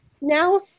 now